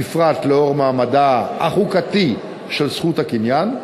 בפרט לאור מעמדה החוקתי של זכות הקניין,